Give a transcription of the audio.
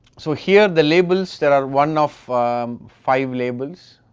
so, here the labels, there are one of five labels,